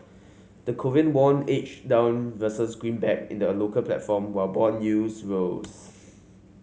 the Korean won edged down versus greenback in the local platform while bond yields rose